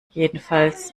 jedenfalls